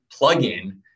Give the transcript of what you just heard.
plugin